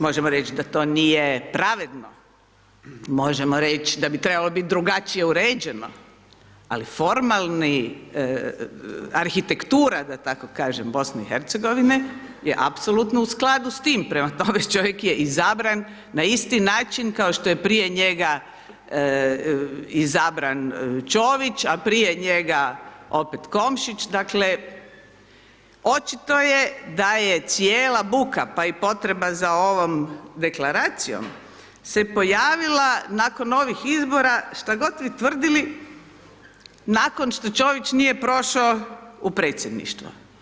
Možemo reći da to nije pravedno, možemo reći da bi trebalo biti drugačije uređeno ali formalni, arhitektura da tako kažem BiH-a je apsolutno u skladu s tim, prema tome, čovjek je izabran na isti način kap što je prije njega izabran Čović a prije njega opet Komšić, dakle očito je da je cijela buka pa i potreba za ovom deklaracijom se pojavila nakon ovih izbora, šta god vi tvrdili, nakon što Čović nije prošao u Predsjedništvo.